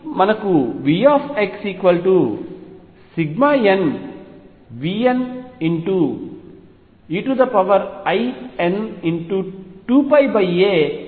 కాబట్టి మనకు V nVnein2πax కి సమానం